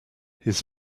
his